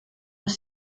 los